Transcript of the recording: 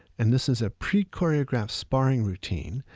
and this is a pre-choreograph sparring routine.